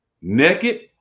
Naked